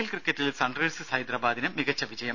L ക്രിക്കറ്റിൽ Sunrisers ഹൈദരാബാദിന് മികച്ച വിജയം